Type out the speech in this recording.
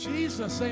Jesus